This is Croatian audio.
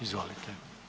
Izvolite.